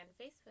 Facebook